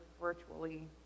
virtually